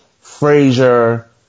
Frazier